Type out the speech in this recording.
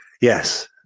yes